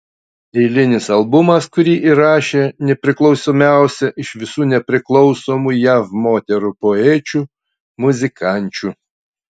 eilinis albumas kurį įrašė nepriklausomiausia iš visų nepriklausomų jav moterų poečių muzikančių